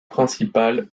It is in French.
principal